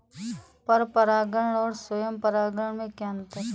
पर परागण और स्वयं परागण में क्या अंतर है?